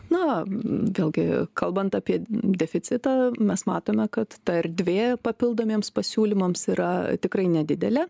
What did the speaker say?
na vėlgi kalbant apie deficitą mes matome kad ta erdvė papildomiems pasiūlymams yra tikrai nedidelė